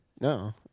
No